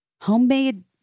homemade